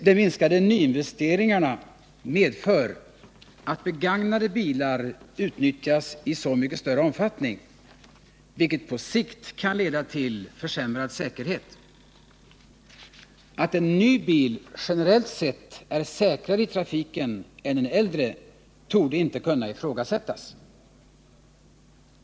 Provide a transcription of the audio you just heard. De minskade nyinvesteringarna medför att begag nade bilar utnyttjas i så mycket större omfattning, vilket på sikt kan leda till försämrad säkerhet. Att en ny bil generellt sett är säkrare i trafiken än en äldre torde inte kunna ifrågasättas.